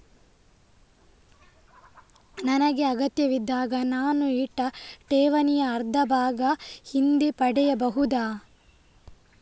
ನನಗೆ ಅಗತ್ಯವಿದ್ದಾಗ ನಾನು ಇಟ್ಟ ಠೇವಣಿಯ ಅರ್ಧಭಾಗ ಹಿಂದೆ ಪಡೆಯಬಹುದಾ?